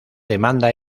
demanda